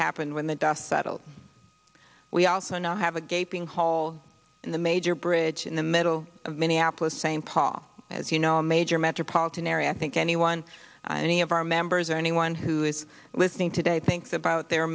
happened when the dust settled we also now have a gaping hole in the major bridge in the middle of minneapolis st paul as you know a major metropolitan area i think anyone any of our members or anyone who's listening today thinks about their